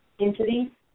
entity